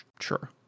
sure